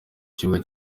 kibuga